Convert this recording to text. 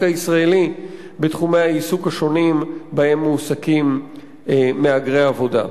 הישראלי בתחומי העיסוק השונים שבהם מהגרי עבודה מועסקים.